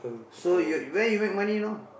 so you where you make money now